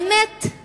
האמת היא